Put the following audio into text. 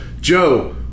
Joe